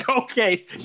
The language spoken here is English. okay